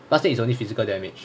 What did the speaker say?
classic is only physical damage